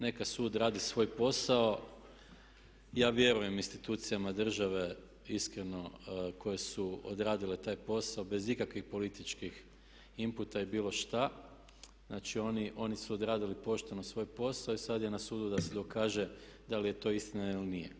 Neka sud radi svoj posao, ja vjerujem institucijama države iskreno koje su odradile taj posao bez ikakvih političkih inputa i bilo što, znači oni su odradili pošteno svoj posao i sad je na sudu da se dokaže da li je to istina ili nije.